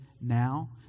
now